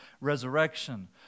resurrection